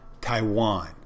Taiwan